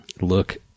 look